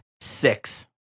six